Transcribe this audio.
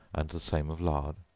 and the same of lard,